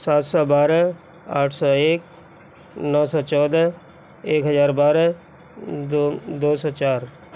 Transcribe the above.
سات سو بارہ آٹھ سو ایک نو سو چودہ ایک ہزار بارہ دو دو سو چار